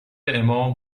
امام